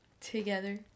Together